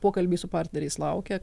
pokalbiai su partneriais laukia